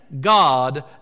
God